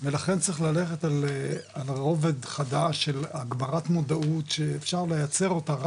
ולכן צריך ללכת על רובד חדש של הגברת מודעות שאפשר לייצר אותה,